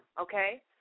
okay